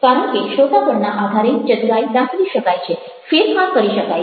કારણ કે શ્રોતાગણના આધારે ચતુરાઈ દાખવી શકાય છે ફેરફાર કરી શકાય છે